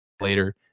later